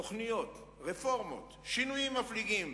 תוכניות, רפורמות, שינויים מפליגים